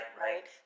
right